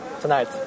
tonight